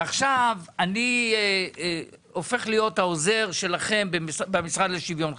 אני הופך להיות העוזר שלכם במשרד לשוויון חברתי.